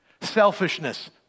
selfishness